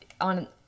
on